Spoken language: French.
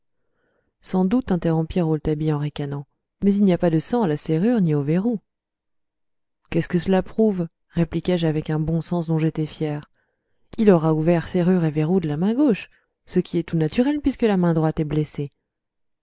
sans doute interrompit rouletabille en ricanant mais il n'y a pas de sang à la serrure ni au verrou qu'est-ce que cela prouve répliquai-je avec un bon sens dont j'étais fier il aura ouvert serrure et verrou de la main gauche ce qui est tout naturel puisque la main droite est blessée